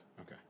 Okay